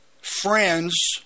friends